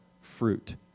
fruit